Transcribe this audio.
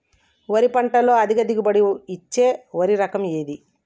వరి పంట లో అధిక దిగుబడి ఇచ్చే వరి రకం ఏది?